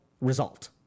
result